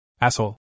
Asshole